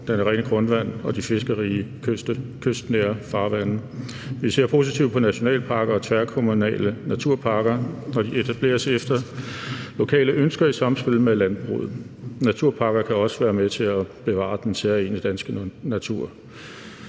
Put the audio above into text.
det rene grundvand og de fiskerige kystnære farvande. Vi ser positivt på nationalparker og tværkommunale naturparker, når de etableres efter lokale ønsker i samspil med landbruget. Naturparker kan også være med til at bevare den særegne danske natur.